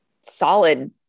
solid